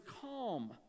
calm